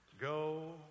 Go